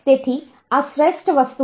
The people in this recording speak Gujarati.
તેથી આ શ્રેષ્ઠ વસ્તુ છે